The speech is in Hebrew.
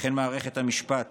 וכן מערכת המשפט